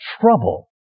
trouble